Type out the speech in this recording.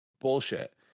bullshit